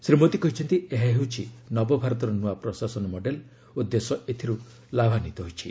ଶ୍ରୀ ମୋଦୀ କହିଛନ୍ତି ଏହା ହେଉଛି ନବଭାରତର ନୂଆ ପ୍ରଶାସନ ମଡେଲ ଓ ଦେଶ ଏଥିରୁ ଲାଭାନ୍ୱିତ ହୋଇଛି